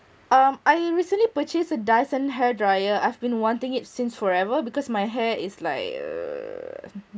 um I recently purchased a dyson hair dryer I've been wanting it since forever because my hair is like err